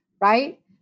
right